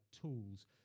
tools